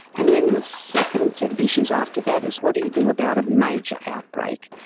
and then the second set of issues after that is what do you do about a major outbreak.